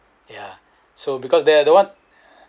ya so because they're the one